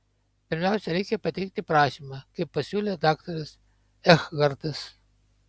pirmiausia reikia pateikti prašymą kaip pasiūlė daktaras ekhartas